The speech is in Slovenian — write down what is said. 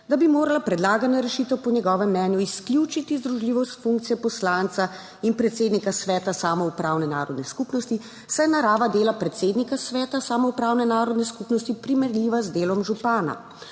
da bi morala predlagana rešitev po njegovem mnenju izključiti združljivost funkcije poslanca in predsednika sveta samoupravne narodne skupnosti, saj je narava dela predsednika sveta samoupravne narodne skupnosti primerljiva z delom župana.